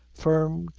firm,